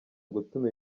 gutuma